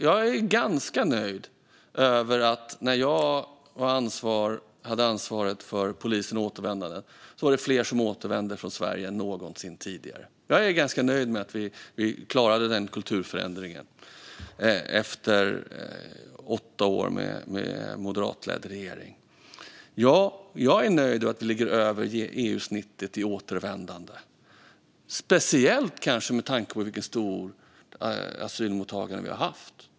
Jag är ganska nöjd med att när jag hade ansvaret för polisen och återvändandet var det fler som återvände från Sverige än någonsin tidigare. Jag är ganska nöjd med att vi klarade den kulturförändringen efter åtta år med en moderatledd regering. Jag är nöjd med att vi ligger över EU-snittet i återvändande, speciellt kanske med tanke på vilket stort asylmottagande vi har haft.